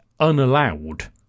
unallowed